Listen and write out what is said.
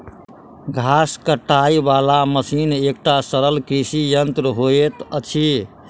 घास काटय बला मशीन एकटा सरल कृषि यंत्र होइत अछि